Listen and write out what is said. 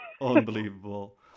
unbelievable